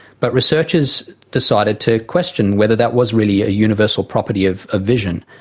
but researchers decided to question whether that was really a universal property of ah vision.